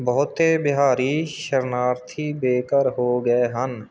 ਬਹੁਤੇ ਬਿਹਾਰੀ ਸ਼ਰਨਾਰਥੀ ਬੇਘਰ ਹੋ ਗਏ ਹਨ